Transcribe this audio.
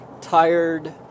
tired